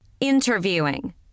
Interviewing